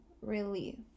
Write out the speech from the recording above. release